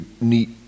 neat